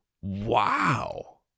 wow